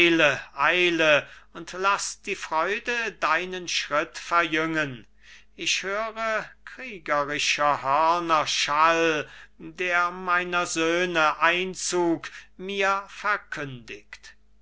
eile und laß die freude deinen schritt verjüngen ich höre kriegerischer hörner schall der meiner söhne einzug mir verkündigt